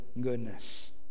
goodness